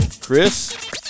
chris